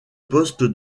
poste